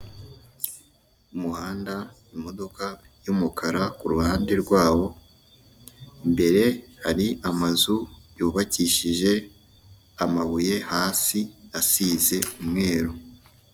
Umuhanda imodoka y'umukara ku ruhande rwaho, imbere hari amazu y'ubakishije amabuye hasi asize umweru.